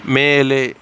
மேலே